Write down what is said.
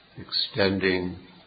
extending